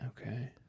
Okay